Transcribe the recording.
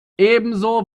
ebenso